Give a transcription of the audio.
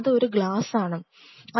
അത് ഒരു ഗ്ലാസ് ആണ്